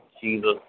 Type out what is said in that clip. Jesus